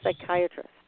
psychiatrist